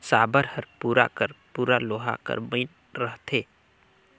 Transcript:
साबर हर पूरा कर पूरा लोहा कर बइन रहथे